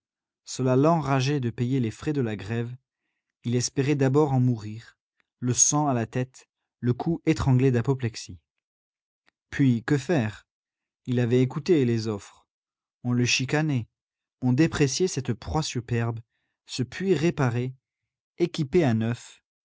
cela l'enrageait de payer les frais de la grève il espérait d'abord en mourir le sang à la tête le cou étranglé d'apoplexie puis que faire il avait écouté les offres on le chicanait on dépréciait cette proie superbe ce puits réparé équipé à neuf